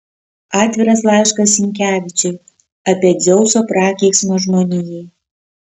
atviras laiškas sinkevičiui apie dzeuso prakeiksmą žmonijai